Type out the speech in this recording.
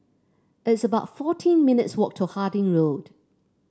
it's about fourteen minutes walk to Harding Road